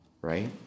right